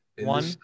One